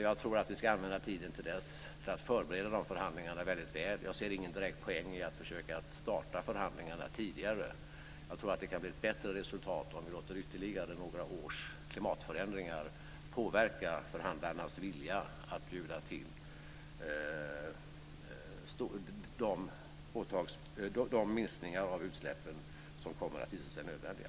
Jag tror att vi ska använda tiden till dess till att förbereda de förhandlingarna väldigt väl. Jag ser ingen direkt poäng i att försöka starta förhandlingarna tidigare. Jag tror att det kan bli ett bättre resultat om vi låter ytterligare några års klimatförändringar påverka förhandlarnas vilja att bjuda till vad gäller de minskningar av utsläppen som kommer att visa sig nödvändiga.